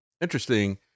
interesting